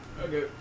okay